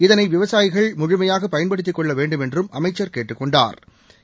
இதனை விவசாயிகள் முழுமையாக பயன்படுத்திக் கொள்ள வேண்டுமென்றும் அமைச்சா் கேட்டுக்கொண்டாா்